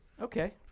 okay